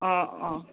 অঁ অঁ